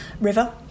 River